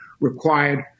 required